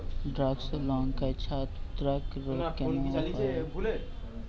ঢ্যেড়স ও লঙ্কায় ছত্রাক রোগ কেন হয়?